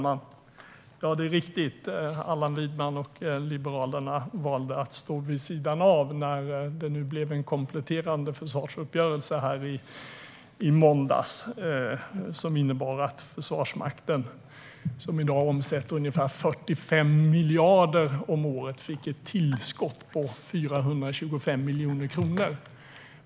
Herr talman! Det är riktigt att Allan Widman och Liberalerna valde att stå vid sidan när det nu blev en kompletterande försvarsuppgörelse i måndags. Den innebar att Försvarsmakten, som i dag omsätter ungefär 45 miljarder om året, fick ett tillskott på 425 miljoner kronor.